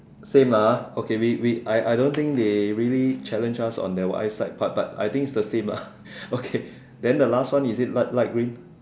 same lah ah okay we we I I don't think they really challenge us on the eye sight part but I think is the same lah okay then the last one is it light light green